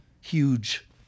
huge